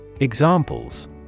Examples